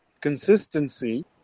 Consistency